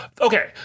okay